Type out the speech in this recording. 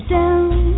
down